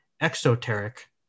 exoteric